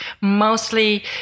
mostly